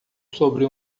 sobre